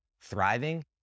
thriving